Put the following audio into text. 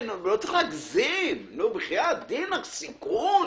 לא צריך להגזים סיכון?